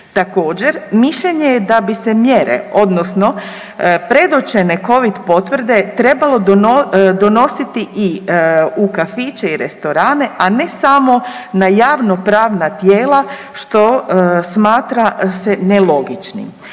Također mišljenje je da bi se mjere odnosno predočene covid potvrde trebalo donositi i u kafiće i restorane, a ne samo na javnopravna tijela što smatra se nelogičnim.